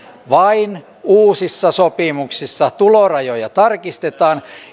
vain uusissa sopimuksissa tulorajoja tarkistetaan